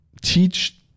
Teach